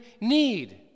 need